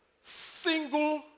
single